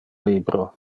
libro